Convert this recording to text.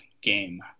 game